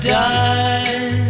die